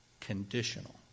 conditional